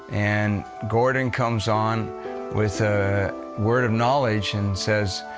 and gordon comes on with a word of knowledge and says,